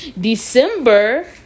December